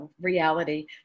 reality